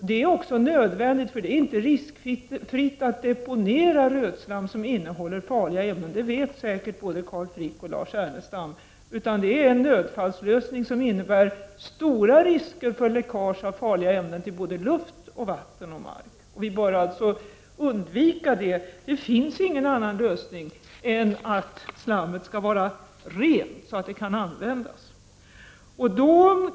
Detta är också nödvändigt, för det är inte riskfritt att deponera rötslam som innehåller farliga ämnen; det vet säkert både Carl Frick och Lars Ernestam. Det är en nödfallslösning som innebär stora risker för läckage av farliga ämnen till luft, vatten och mark. Vi bör alltså undvika det. Det finns ingen annan lösning än att slammet skall vara rent så att det kan användas.